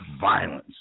violence